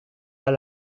pas